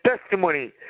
testimony